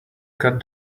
cut